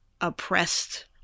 oppressed